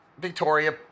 Victoria